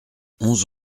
onze